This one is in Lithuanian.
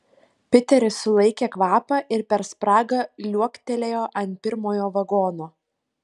piteris sulaikė kvapą ir per spragą liuoktelėjo ant pirmojo vagono